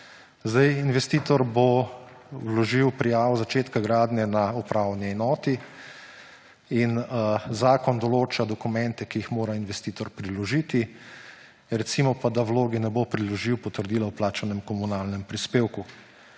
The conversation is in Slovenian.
Investitor bo vložil prijavo začetka gradnje na upravni enoti in zakon določa dokumente, ki jih mora investitor priložiti, recimo pa da vlogi ne bo priložil potrdila o plačanem komunalnem prispevku.